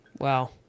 Wow